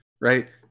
right